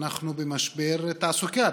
אנחנו במשבר תעסוקה,